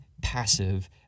passive